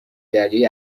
دریایی